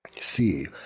See